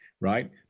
right